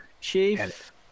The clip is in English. Chief